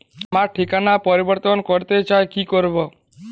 আমার ঠিকানা পরিবর্তন করতে চাই কী করব?